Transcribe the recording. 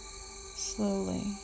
slowly